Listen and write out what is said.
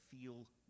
feel